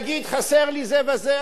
יגיד: חסר לי זה וזה.